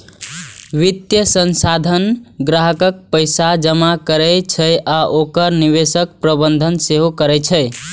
वित्तीय संस्थान ग्राहकक पैसा जमा करै छै आ ओकर निवेशक प्रबंधन सेहो करै छै